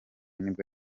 nibwo